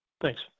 Thanks